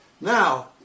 Now